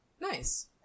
Nice